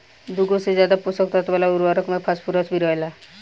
दुगो से ज्यादा पोषक तत्व वाला उर्वरक में फॉस्फोरस भी रहेला